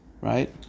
right